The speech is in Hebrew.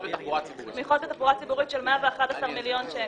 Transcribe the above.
בתחבורה הציבורית של 111 מיליון שקלים.